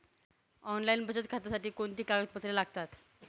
Online बचत खात्यासाठी कोणती कागदपत्रे लागतात?